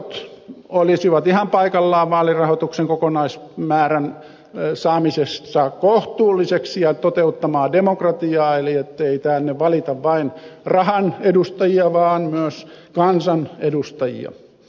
katot olisivat ihan paikallaan vaalirahoituksen kokonaismäärän saamisessa kohtuulliseksi ja demokratian toteuttamiseksi niin ettei tänne valita vain rahan edustajia vaan myös kansan edustajia